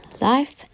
life